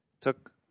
took